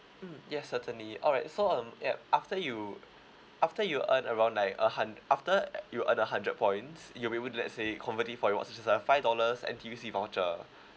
mm yes certainly alright so um yup after you after you earned around like a hun~ after you earned a hundred points you will be able to let's say convert it for rewards which is a five dollars N_T_U_C voucher